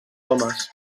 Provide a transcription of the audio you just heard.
homes